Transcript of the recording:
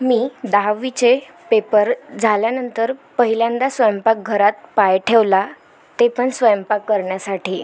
मी दहावीचे पेपर झाल्यानंतर पहिल्यांदा स्वयंपाकघरात पाय ठेवला ते पण स्वयंपाक करण्यासाठी